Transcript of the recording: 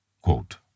Quote